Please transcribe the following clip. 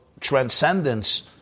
transcendence